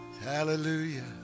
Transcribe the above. Hallelujah